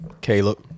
Caleb